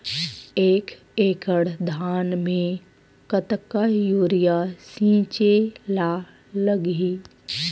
एक एकड़ धान में कतका यूरिया छिंचे ला लगही?